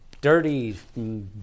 dirty